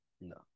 no